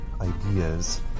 ideas